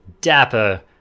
dapper